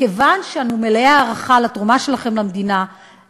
כיוון שאנו מלאי הערכה לתרומה שלכם למדינה,